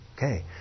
Okay